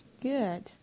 Good